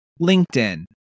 LinkedIn